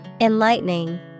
Enlightening